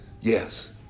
Yes